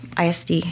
ISD